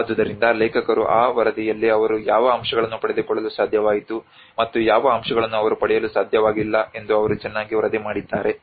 ಆದುದರಿಂದ ಲೇಖಕರು ಆ ವರದಿಯಲ್ಲಿ ಅವರು ಯಾವ ಅಂಶಗಳನ್ನು ಪಡೆದುಕೊಳ್ಳಲು ಸಾಧ್ಯವಾಯಿತು ಮತ್ತು ಯಾವ ಅಂಶಗಳನ್ನು ಅವರು ಪಡೆಯಲು ಸಾಧ್ಯವಾಗಲಿಲ್ಲ ಎಂದು ಅವರು ಚೆನ್ನಾಗಿ ವರದಿ ಮಾಡಿದ್ದಾರೆ